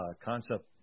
concept